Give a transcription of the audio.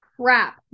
crap